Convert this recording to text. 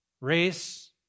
race